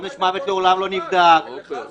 עונש מוות לעולם לא נבדק -- אבל היא אמרה את